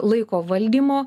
laiko valdymo